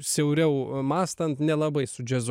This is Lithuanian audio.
siauriau mąstant nelabai su džiazu